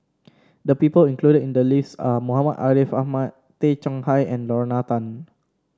the people included in the list are Muhammad Ariff Ahmad Tay Chong Hai and Lorna Tan